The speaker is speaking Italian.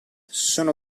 sono